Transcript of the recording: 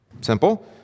Simple